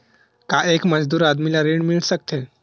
का एक मजदूर आदमी ल ऋण मिल सकथे?